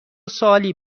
سوالی